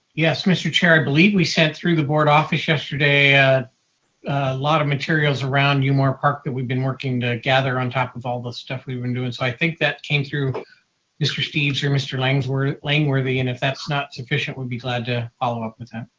yes, mr. chair, i believe we sent through the board office yesterday a lot of materials around yeah umore park that we've been working to gather on top of all the stuff we've been doing. so i think that came through mr. steeves or mr. langworthy langworthy and if that's not sufficient, we'd be glad to follow up with him.